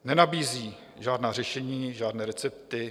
Nenabízí žádná řešení, žádné recepty.